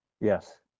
Yes